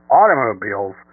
automobiles